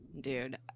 dude